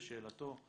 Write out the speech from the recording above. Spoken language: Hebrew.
בשאלתו,